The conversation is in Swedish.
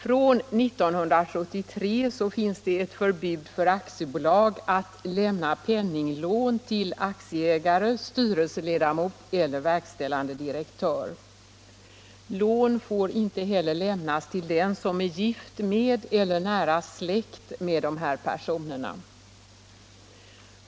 Från 1973 finns det ett förbud för aktiebolag att lämna penninglån till aktieägare, styrelseledamot eller verkställande direktör. Lån får inte heller lämnas till den som är gift med eller nära släkt med de här per sonerna.